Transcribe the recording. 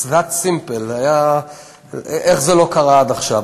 It's that simple, איך זה לא קרה עד עכשיו?